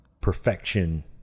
perfection